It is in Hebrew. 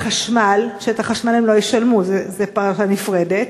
לחשמל, כשעל החשמל הם לא ישלמו, זו פרשה נפרדת.